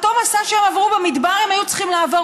אותו מסע שהם עברו במדבר הם היו צריכים לעבור